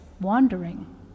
wandering